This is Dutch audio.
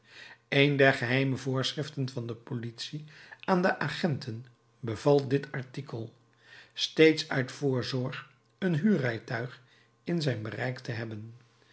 een der geheime voorschriften van de politie aan de agenten beval dit artikel steeds uit voorzorg een huurrijtuig in zijn bereik te hebben